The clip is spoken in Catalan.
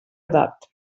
edat